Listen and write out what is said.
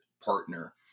partner